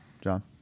john